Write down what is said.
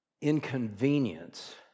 inconvenience